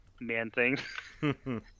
Man-Thing